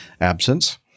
absence